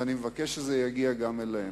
ואני מבקש שזה יגיע גם אליהם.